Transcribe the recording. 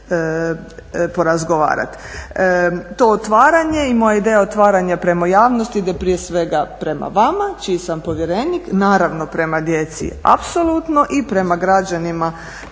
To otvaranje i moja ideja otvaranja prema javnosti ide prije svega prema vama čiji sam povjerenik, naravno prema djeci apsolutno i prema građanima